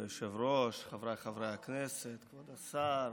כבוד היושב-ראש, חבריי חברי הכנסת, כבוד השר,